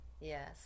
yes